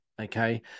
okay